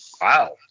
Wow